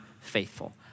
faithful